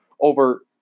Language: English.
over